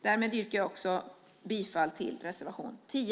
Därmed yrkar jag också bifall till reservation 10.